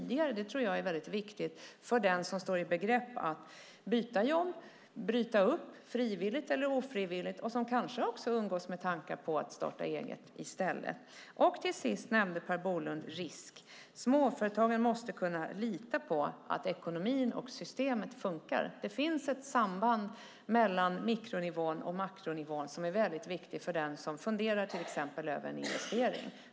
Det tror jag är mycket viktigt för den som står i begrepp att byta jobb eller bryta upp - frivilligt eller ofrivilligt - och som kanske har umgåtts med tankar på att starta eget i stället. Till sist talade Per Bolund om risker. Småföretagen måste kunna lita på att ekonomin och systemet funkar. Det finns ett samband mellan mikronivån och makronivån som är mycket viktig för den som funderar till exempel över en investering.